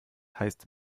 heißt